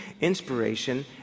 inspiration